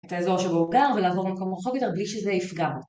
את האזור שבו הוא גר ולעבור למקום רחוק יותר בלי שזה יפגע